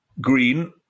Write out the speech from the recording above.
green